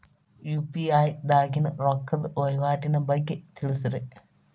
UPI ದಾಗಿನ ರೊಕ್ಕದ ವಹಿವಾಟಿನ ಬಗ್ಗೆ ತಿಳಸ್ರಿ